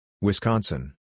Wisconsin